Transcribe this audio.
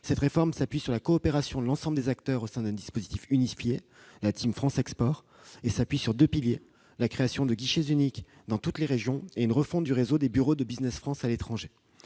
Cette réforme s'appuie sur la coopération de l'ensemble des acteurs au sein d'un dispositif unifié, la « Team France export », et s'appuie sur deux piliers : la création de guichets uniques dans toutes les régions et une refonte du réseau des bureaux de Business France à l'étranger.